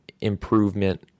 improvement